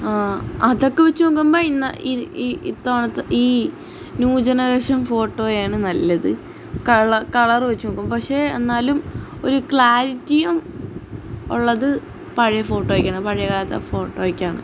അതൊക്കെവെച്ചുനോക്കുമ്പോള് ഇന്ന് ഇത് ഇത്തവണത്തെ ഈ ന്യൂ ജനറേഷൻ ഫോട്ടോയാണ് നല്ലത് കളർ കളറുവെച്ചുനോക്കുമ്പോള് പക്ഷെ എന്നാലും ഒരു ക്ലാരിറ്റിയും ഉള്ളത് പഴയ ഫോട്ടോയൊക്കെയാണ് പഴയകാലത്തെ ഫോട്ടോയൊക്കെയാണ്